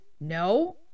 No